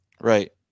Right